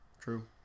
True